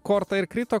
korta ir krito